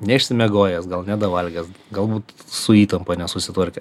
neišsimiegojęs gal nedavalgęs galbūt su įtampa nesusitvarkė